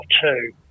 two